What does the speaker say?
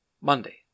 Monday